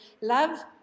love